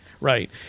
right